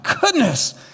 goodness